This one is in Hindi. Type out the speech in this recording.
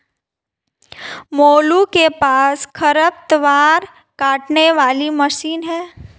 मोलू के पास खरपतवार काटने वाली मशीन है